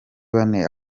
bane